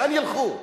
לאן ילכו?